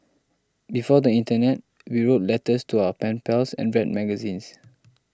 before the internet we wrote letters to our pen pals and read magazines